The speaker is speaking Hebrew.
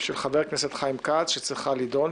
של חבר הכנסת חיים כץ, שצריכה להידון.